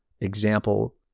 example